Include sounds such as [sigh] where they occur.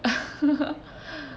[laughs]